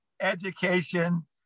education